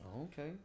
Okay